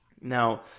Now